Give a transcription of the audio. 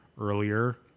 earlier